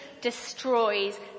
destroys